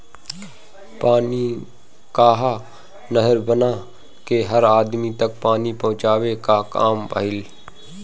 पानी कअ नहर बना के हर अदमी तक पानी पहुंचावे कअ काम भइल